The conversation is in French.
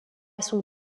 son